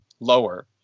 Lower